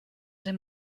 dem